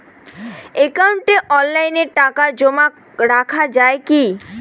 একাউন্টে অনলাইনে টাকা জমা রাখা য়ায় কি?